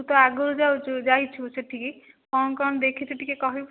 ତୁ ତ ଆଗରୁ ଯାଉଛୁ ଯାଇଛୁ ସେଠିକୁ କ'ଣ କ'ଣ ଦେଖିଛୁ ଟିକିଏ କହିବୁ